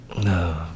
No